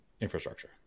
infrastructure